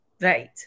Right